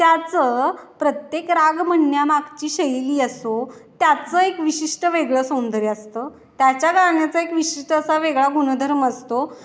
त्याचं प्रत्येक राग म्हणण्यामागची शैली असो त्याचं एक विशिष्ट वेगळं सौंदर्य असतं त्याच्या गाण्याचा एक विशिष्ट असा वेगळा गुणधर्म असतो